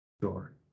Sure